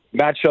matchup